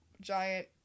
giant